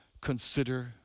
consider